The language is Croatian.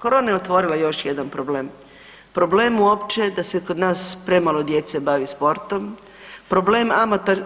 Korona je otvorila još jedna problem, problem uopće da se kod nas premalo djece bavi sportom, problem